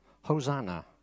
Hosanna